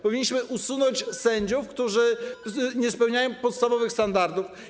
Powinniśmy usunąć sędziów, którzy nie spełniają podstawowych standardów.